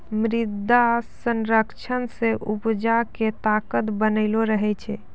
मृदा संरक्षण से उपजा के ताकत बनलो रहै छै